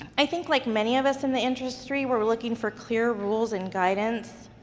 i think like many of us in the industry, we're looking for clear rules and guidance.